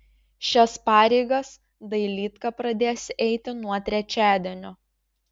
šias pareigas dailydka pradės eiti nuo trečiadienio